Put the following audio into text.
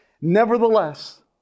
Nevertheless